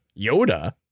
Yoda